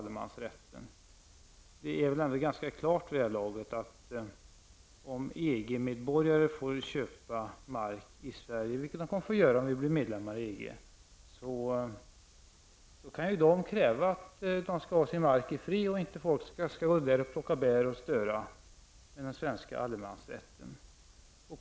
Det är vid det här laget ändå ganska klart att om EG-medborgare får köpa mark i Sverige, vilket de kommer att få göra om Sverige blir medlem i EG, kan de kräva att de skall ha sin mark i fred och att folk inte skall gå där och plocka bär, osv. i enlighet med den svenska allemansrätten.